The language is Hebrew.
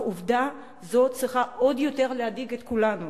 ועובדה זו צריכה עוד יותר להדאיג את כולנו.